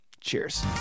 Cheers